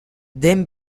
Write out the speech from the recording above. then